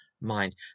mind